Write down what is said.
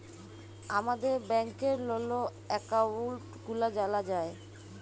আমাদের ব্যাংকের লল একাউল্ট গুলা জালা যায়